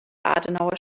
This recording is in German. adenauer